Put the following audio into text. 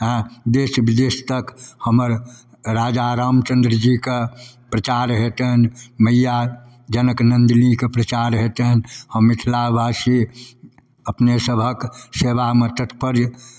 हँ देश विदेश तक हमर राजा रामचन्द्रजीके प्रचार हेतनि मइआ जनकनन्दिनीके प्रचार हेतनि हम मिथिलावासी अपनेसभके सेवामे तत्पर